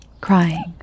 crying